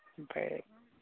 ओमफ्राय